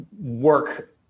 work